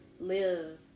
live